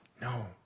No